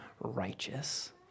righteous